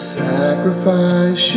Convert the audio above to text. sacrifice